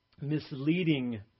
misleading